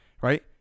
right